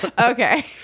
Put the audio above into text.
Okay